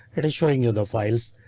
it is showing you the files.